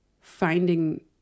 finding